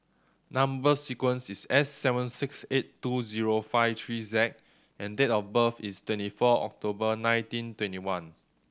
number sequence is S seven six eight two zero five three Z and date of birth is twenty four October nineteen twenty one